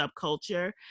subculture